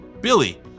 Billy